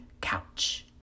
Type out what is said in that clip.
couch